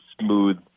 smooth